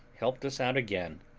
helped us out again,